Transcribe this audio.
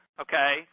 okay